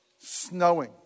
snowing